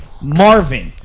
Marvin